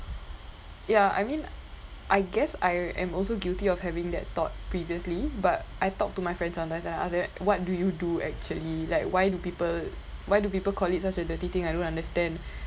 ya I mean I guess I am also guilty of having that thought previously but I talk to my friends sometimes and I ask them what do you do actually like why do people why do people call it such a dirty thing I don't understand